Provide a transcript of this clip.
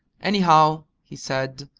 anyhow, he said,